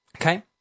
okay